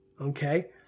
okay